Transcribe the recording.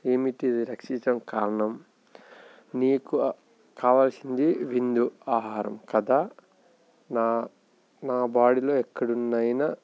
ఏమిటిది రక్షించం కారణం నీకు కావాల్సింది విందు ఆహారం కదా నా నా బాడీలో ఎక్కడి నుండైనా